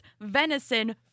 venison